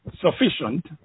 Sufficient